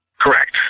correct